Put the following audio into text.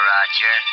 Roger